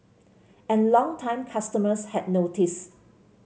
and longtime customers had noticed